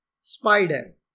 Spider